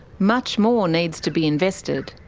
much more needs to be invested.